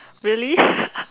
really